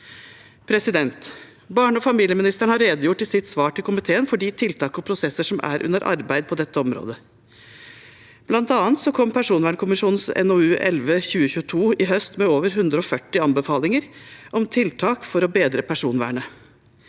medier. Barne- og familieministeren har i sitt svar til komiteen redegjort for de tiltak og prosesser som er under arbeid på dette området. Blant annet kom personvernkommisjonens NOU 2022: 11 i høst med over 140 anbefalinger om tiltak for å bedre personvernet.